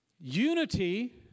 Unity